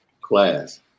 class